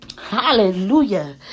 hallelujah